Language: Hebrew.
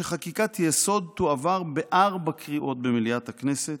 שחקיקת-יסוד תועבר בארבע קריאות במליאת הכנסת,